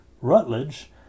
Rutledge